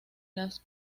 las